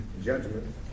judgment